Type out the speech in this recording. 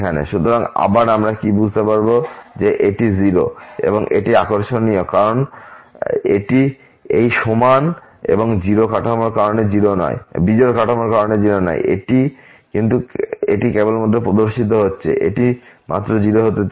সুতরাং আবার আমরা কি বুঝতে পারব যে এটি 0 এবং এটি আকর্ষণীয় কারণ এটি এই সমান এবং বিজোড় কাঠামোর কারণে 0 নয় কিন্তু এটি কেবল প্রদর্শিত হচ্ছে এটি মাত্র 0 হতে চলেছে